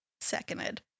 Seconded